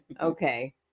Okay